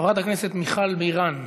חברת הכנסת מיכל בירן,